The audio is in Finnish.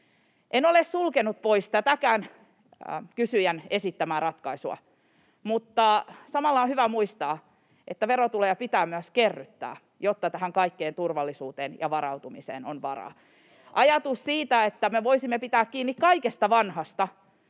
En ole sulkenut pois tätäkään kysyjän esittämää ratkaisua, mutta samalla on hyvä muistaa, että verotuloja pitää myös kerryttää, jotta tähän kaikkeen turvallisuuteen ja varautumiseen on varaa. Ajatus siitä, että me voisimme pitää kiinni kaikesta vanhasta,